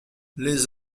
les